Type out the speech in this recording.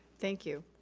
thank you.